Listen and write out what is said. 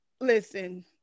Listen